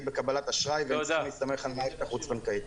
בקבלת אשראי והם צריכים להסתמך על המערכת החוץ-בנקאית.